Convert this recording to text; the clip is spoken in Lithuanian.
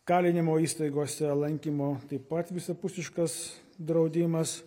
kalinimo įstaigose lankymo taip pat visapusiškas draudimas